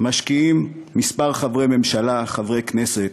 משקיעים כמה חברי ממשלה, חברי כנסת,